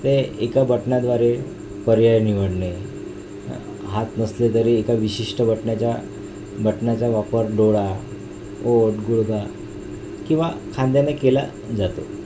ते एका बटणाद्वारे पर्याय निवडणे हां हात नसले तरी एका विशिष्ट बटणाचा बटणाचा वापर डोळा ओठ गुडघा किंवा खांद्याने केला जातो